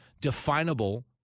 definable